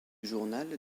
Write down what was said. journal